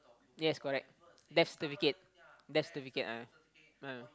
yes correct death certificate death certificate ah ah